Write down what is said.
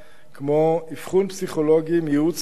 כמו אבחון פסיכולוגי, ייעוץ ועוד.